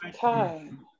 time